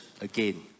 again